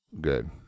Good